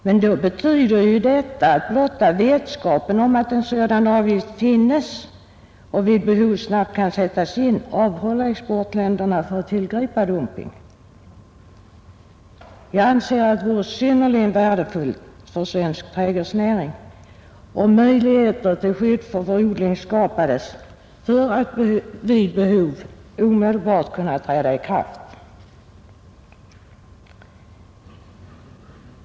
Men då betyder ju detta att blotta vetskapen om att en sådan avgift finns och vid behov snabbt kan sättas in avhåller exportländerna från att tillgripa dumping. Jag anser att det vore synnerligen värdefullt för svensk trädgårdsnäring om bestämmelser till skydd för odlingen infördes för att vid behov omedelbart kunna träda i kraft.